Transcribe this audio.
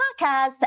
Podcast